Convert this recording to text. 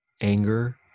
anger